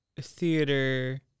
theater